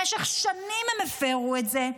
במשך שנים הם הפירו את זה.